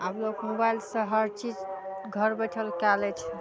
आब लोक मोबाइलसँ हर चीज घर बैठल कए लै छै